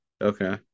Okay